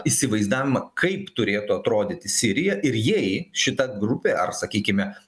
įsivaizdavimą kaip turėtų atrodyti sirija ir jei šita grupė ar sakykime